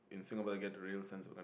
in Singapore to get the real sense of it